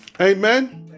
Amen